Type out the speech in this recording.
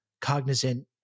cognizant